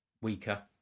weaker